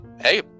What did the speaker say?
hey